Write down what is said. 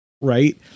Right